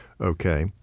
okay